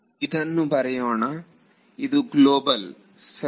ಇದನ್ನು ಬರೆಯೋಣ ಇದು ಗ್ಲೋಬಲ್ ಸರಿ